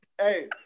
Hey